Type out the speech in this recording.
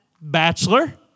Bachelor